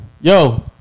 Yo